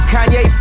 Kanye